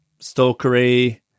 stalkery